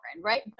right